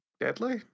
deadly